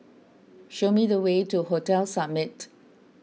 show me the way to Hotel Summit